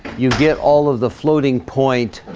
you get all of the floating-point